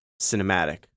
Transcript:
cinematic